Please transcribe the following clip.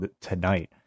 tonight